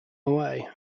away